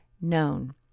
known